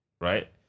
Right